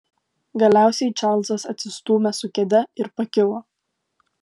galiausiai čarlzas atsistūmė su kėde ir pakilo